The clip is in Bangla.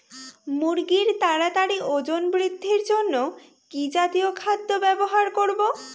মুরগীর তাড়াতাড়ি ওজন বৃদ্ধির জন্য কি জাতীয় খাদ্য ব্যবহার করব?